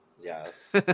Yes